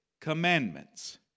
commandments